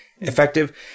effective